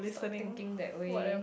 stop thinking that way